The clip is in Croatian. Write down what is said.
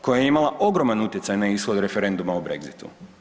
Koja je imala ogroman utjecaj na ishod referenduma o Brexitu.